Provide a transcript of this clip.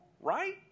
right